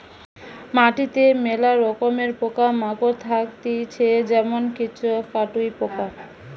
মাটিতে মেলা রকমের পোকা মাকড় থাকতিছে যেমন কেঁচো, কাটুই পোকা